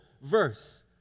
verse